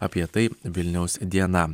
apie tai vilniaus diena